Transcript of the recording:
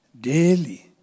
Daily